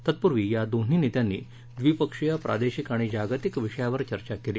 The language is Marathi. तत्पूर्वी या दोन्ही नेत्यांनी द्वीपक्षीय प्रादेशिक आणि जागतिक विषयावर चर्चा केली